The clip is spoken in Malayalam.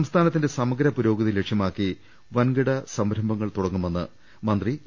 സംസ്ഥാനത്തിന്റെ സമഗ്ര പുരോഗതി ലക്ഷ്യമാക്കി വൻകിട സംരംഭങ്ങൾ തൂടങ്ങുമെന്ന് വൃവസായ മന്ത്രി ഇ